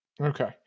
okay